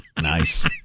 Nice